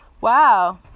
wow